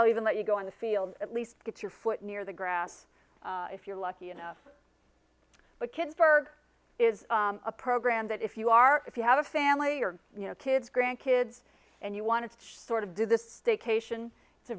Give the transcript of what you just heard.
i'll even let you go on the field at least get your foot near the grass if you're lucky enough but kids are is a program that if you are if you have a family or you know kids grandkids and you want to sort of do this staycation